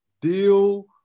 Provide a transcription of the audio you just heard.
deal